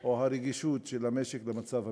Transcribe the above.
או הרגישות של המשק במצב המדיני.